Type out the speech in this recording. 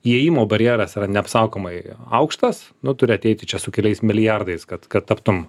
įėjimo barjeras yra neapsakomai aukštas nu turi ateiti čia su keliais milijardais kad kad taptum